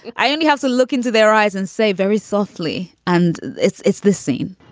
i only have to look into their eyes and say very softly. and it's it's the scene.